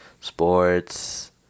sports